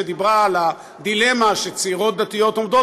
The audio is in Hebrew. שדיברה על הדילמה שצעירות דתיות עומדות